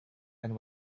and